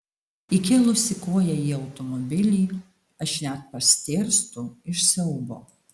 įkėlusi koją į automobilį aš net pastėrstu iš siaubo